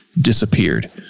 disappeared